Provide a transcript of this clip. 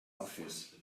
office